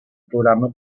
programa